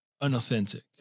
unauthentic